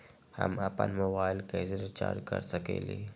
हम अपन मोबाइल कैसे रिचार्ज कर सकेली?